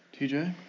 TJ